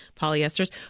polyesters